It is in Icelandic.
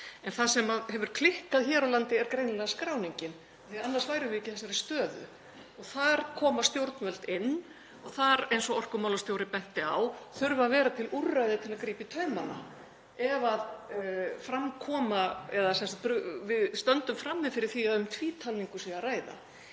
En það sem hefur klikkað hér á landi er greinilega skráningin því annars værum við ekki í þessari stöðu. Þar koma stjórnvöld inn og þar, eins og orkumálastjóri benti á, þurfa að vera til úrræði til að grípa í taumana ef við stöndum frammi fyrir því að um tvítalningu sé að ræða.